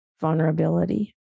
vulnerability